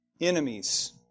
enemies